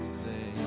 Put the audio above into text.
say